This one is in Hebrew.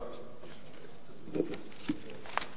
תודה.